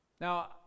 Now